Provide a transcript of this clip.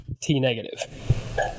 T-negative